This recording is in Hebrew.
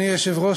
אדוני היושב-ראש,